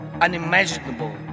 unimaginable